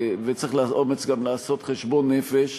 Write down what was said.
וצריך אומץ גם לעשות חשבון נפש.